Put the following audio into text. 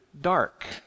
dark